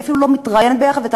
אני אפילו לא מתראיינת ביחד,